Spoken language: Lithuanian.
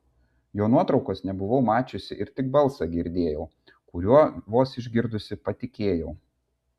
jo nuotraukos nebuvau mačiusi ir tik balsą girdėjau kuriuo vos išgirdusi patikėjau